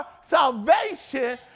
salvation